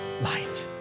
light